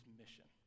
mission